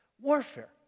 warfare